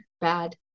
bad